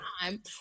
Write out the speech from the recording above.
time